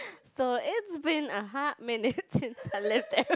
so it's been a hot minute since I lived there